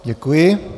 Děkuji.